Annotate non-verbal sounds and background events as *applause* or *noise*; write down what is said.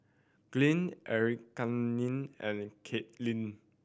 Glynn *unintelligible* and Katelin